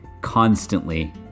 constantly